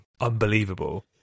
unbelievable